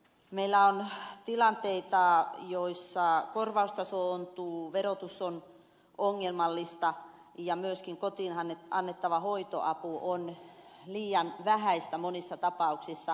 meillä on tilanteita joissa korvaustaso ontuu verotus on ongelmallista ja myöskin kotiin annettava hoitoapu on liian vähäistä monissa tapauksissa